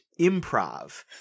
improv